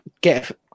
get